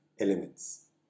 elements